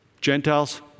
Gentiles